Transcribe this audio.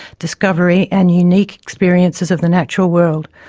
discovery and unique experiences of the natural world.